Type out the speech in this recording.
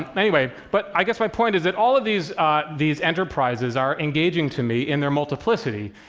and anyway, but i guess my point is that all of these these enterprises are engaging to me in their multiplicity,